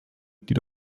die